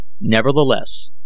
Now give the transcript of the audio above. nevertheless